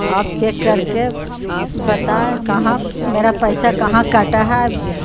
آپ چیک کر کے بتائیں کہاں میرا پیسہ کہاں کٹا ہے